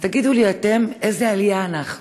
אז תגידו לי אתם, איזו עלייה אנחנו?